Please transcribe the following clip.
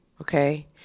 Okay